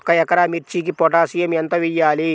ఒక ఎకరా మిర్చీకి పొటాషియం ఎంత వెయ్యాలి?